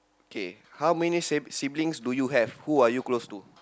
K how many sib~ siblings do you have who are you close to